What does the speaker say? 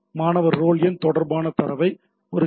மாணவர் ரோல் எண் தொடர்பான தரவை ஒரு ஹெச்